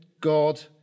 God